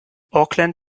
auckland